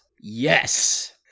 yes